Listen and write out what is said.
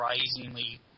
surprisingly